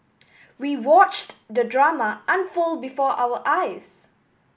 we watched the drama unfold before our eyes